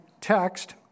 text